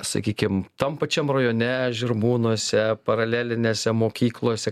sakykim tam pačiam rajone žirmūnuose paralelinėse mokyklose